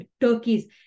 Turkey's